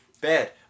Bad